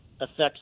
affects